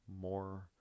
more